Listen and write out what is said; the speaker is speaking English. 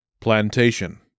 Plantation